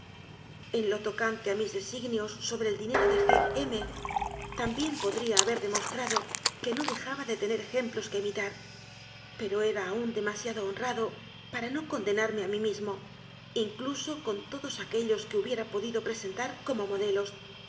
en lo tocante a mis designios sobre el dinero de g m también podría haber demostrado que no dejaba de tener ejemplos que imitar pero era aún demasiado honrado para no condenarme a mí mismo incluso con todos aquellos que hubiera podido presentar como modelos